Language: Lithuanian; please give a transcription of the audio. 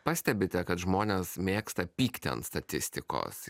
pastebite kad žmonės mėgsta pykti ant statistikos